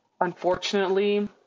Unfortunately